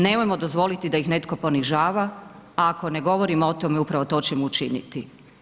Nemojmo dozvoliti da ih netko ponižava, a ako ne govorimo o tome upravo to ćemo učiniti.